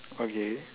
okay